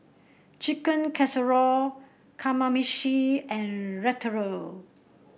Chicken Casserole Kamameshi and Ratatouille